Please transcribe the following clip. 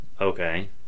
Okay